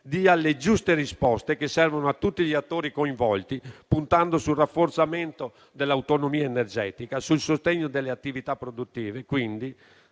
dia le giuste risposte che servono a tutti gli attori coinvolti, puntando sul rafforzamento dell'autonomia energetica e sul sostegno delle attività produttive